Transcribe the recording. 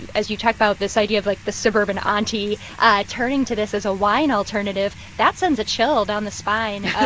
as you talk about this idea of, like, the suburban auntie turning to this as a wine alternative, that sends a chill down the spine of.